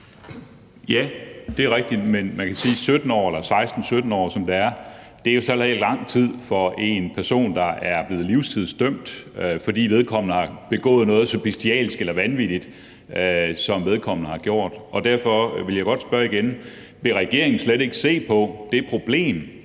Ja, det er rigtigt. Men man kan sige, at 16-17 år jo ikke er lang tid for en person, der er blevet livstidsdømt, fordi vedkommende har begået noget så bestialsk eller vanvittigt, som vedkommende har gjort. Og derfor vil jeg godt spørge igen: Vil regeringen slet ikke se på det problem,